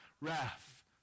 wrath